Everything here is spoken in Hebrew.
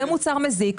זה מוצר מזיק.